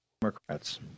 Democrats